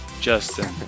Justin